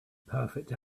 perfect